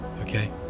Okay